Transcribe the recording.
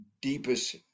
deepest